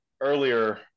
earlier